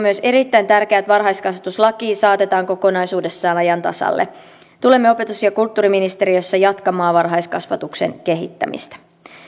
myös erittäin tärkeää että varhaiskasvatuslaki saatetaan kokonaisuudessaan ajan tasalle tulemme opetus ja kulttuuriministeriössä jatkamaan varhaiskasvatuksen kehittämistä